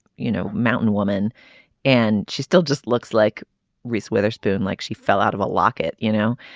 you know mountain woman and she still just looks like reese witherspoon like she fell out of a locket. you know